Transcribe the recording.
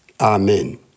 Amen